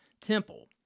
temple